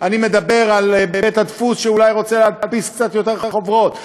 אני מדבר על בית-הדפוס שאולי רוצה להדפיס קצת יותר חוברות.